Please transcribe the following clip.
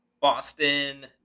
Boston